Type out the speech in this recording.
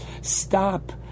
Stop